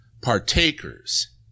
partakers